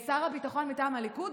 שר הביטחון מטעם הליכוד,